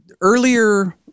earlier